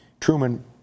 Truman